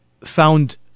found